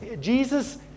Jesus